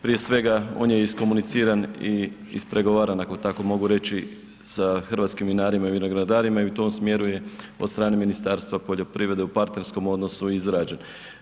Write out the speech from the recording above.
Prije svega on je iskomuniciran i ispregovaran, ako tako mogu reći, sa hrvatskim vinarima i vinogradarima i u tom smjeru je od strane Ministarstva poljoprivrede u partnerskom odnosu izrađen.